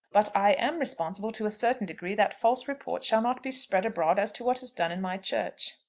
but i am responsible to a certain degree that false reports shall not be spread abroad as to what is done in my church.